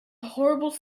horrible